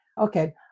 Okay